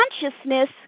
consciousness